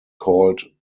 called